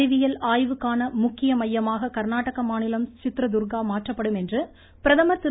அறிவியல் ஆய்வுக்கான முக்கிய மையமாக கர்நாடக மாநிலம் சித்ரதுர்கா மாற்றப்படும் என்று பிரதமர் திரு